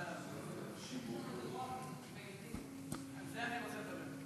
יש מדורות, על זה אני רוצה לדבר,